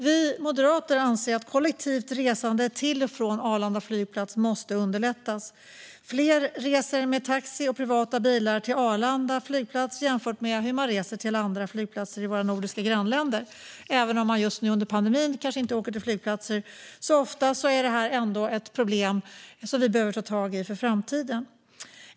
Vi moderater anser att kollektivt resande till och från Arlanda flygplats måste underlättas. Fler reser med taxi och privata bilar till Arlanda flygplats jämfört med hur man reser till andra flygplatser i våra nordiska grannländer. Även om man just nu under pandemin kanske inte åker till flygplatser så ofta är det ändå ett problem som vi behöver ta tag i för framtiden.